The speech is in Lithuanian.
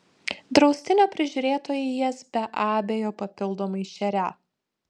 draustinio prižiūrėtojai jas be abejo papildomai šerią